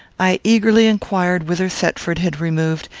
i eagerly inquired whither thetford had removed,